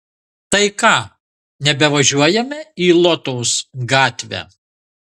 tai ką nebevažiuojame į lotos gatvę